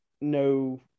no